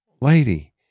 lady